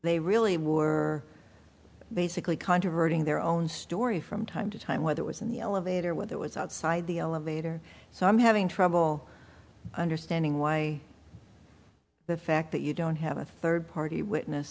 they really were basically controvert ing their own story from time to time whether it was in the elevator with it was outside the elevator so i'm having trouble understanding why the fact that you don't have a third party witness